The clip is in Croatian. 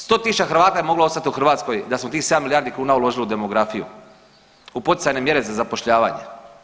100 tisuća Hrvata je moglo ostati u Hrvatskoj da smo tih 7 milijardi kuna uložili u demografiju, u poticajne mjere za zapošljavanje.